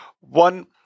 One